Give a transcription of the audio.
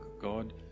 God